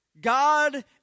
God